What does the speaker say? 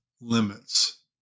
limits